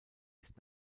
ist